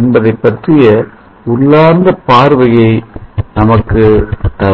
என்பதை பற்றிய உள்ளார்ந்த பார்வையை நமக்கு தரும்